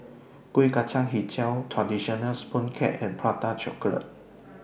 Kuih Kacang Hijau Traditional Sponge Cake and Prata Chocolate